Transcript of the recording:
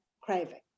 craving